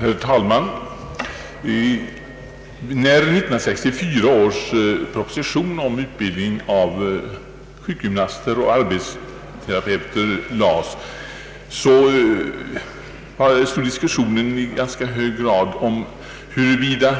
Herr talman! När 1964 års proposition om utbildning av sjukgymnaster och arbetsterapeuter framlades rörde sig diskussionen i ganska hög grad om huruvida,